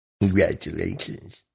Congratulations